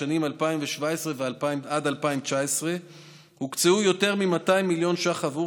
בשנים 2017 2019 הוקצו יותר מ-200 מיליון ש"ח עבור